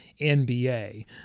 NBA